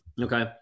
okay